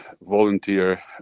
volunteer